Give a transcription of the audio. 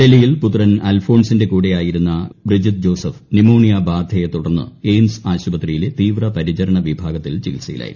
ഡൽഹിയിൽ പുത്രൻ അൽഫോൺസിന്റെ കൂടെയായിരുന്ന ബ്രിജിത് ജോസഫ് ന്യുമോണിയ ബാധയെ തുടർന്ന് എയിംസ് ആശുപത്രിയിലെ തീവ്രപരിചരണ വിഭാഗത്തിൽ ചികിത്സയിലായിരുന്നു